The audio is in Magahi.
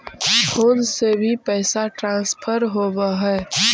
फोन से भी पैसा ट्रांसफर होवहै?